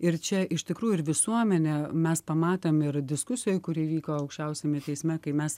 ir čia iš tikrųjų ir visuomenė mes pamatėm ir diskusijoj kuri vyko aukščiausiame teisme kai mes